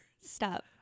Stop